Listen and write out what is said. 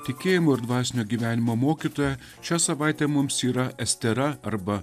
tikėjimo ir dvasinio gyvenimo mokytoja šią savaitę mums yra estera arba